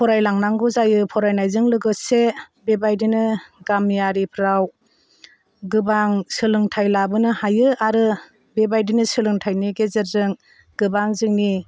फरायलांनांगौ जायो फरायनायजों लोगोसे बेबादिनो गामियारिफ्राव गोबां सोलोंथाय लाबोनो हायो आरो बेबादिनो सोलोंथायनि गेजेरजों गोबां जोंनि